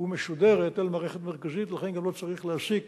ומשודרת אל מערכת מרכזית, ולכן גם לא צריך להעסיק